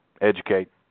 educate